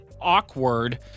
awkward